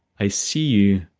i see you.